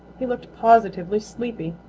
he looked positively sleepy.